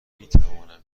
میتوانیم